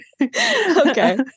Okay